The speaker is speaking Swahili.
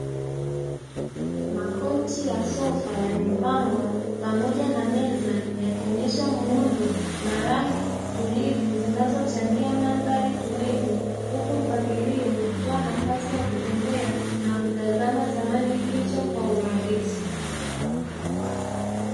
Makochi ya sofa yamepangwa pamoja na meza, yakionyesha muundo na rangi tulivu zinazochangia mandhari tulivu, huku mpangilio, ukitoa nafasi ya kutembea na kutazama samani hizo kwa urahisi.